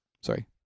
Sorry